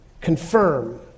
confirm